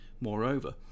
Moreover